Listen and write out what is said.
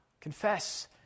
Confess